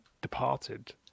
departed